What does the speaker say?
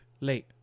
late